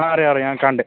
ആ അറിയാറിയാ കണ്ട്